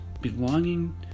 belonging